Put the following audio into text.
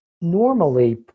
Normally